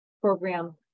program